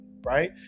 right